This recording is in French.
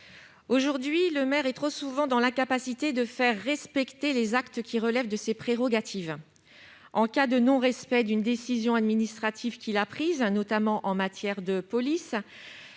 Aujourd'hui, le maire est trop souvent dans l'incapacité de faire respecter les actes relevant de ses prérogatives. En cas de non-respect d'une de ses décisions administratives, notamment en matière de police,